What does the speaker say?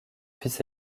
fils